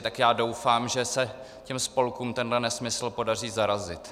Tak já doufám, že se těm spolkům tenhle nesmysl podaří zarazit.